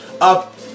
up